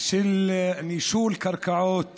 של נישול קרקעות